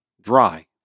dry